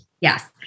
Yes